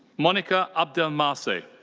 monica abdelmaseh.